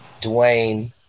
Dwayne